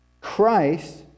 Christ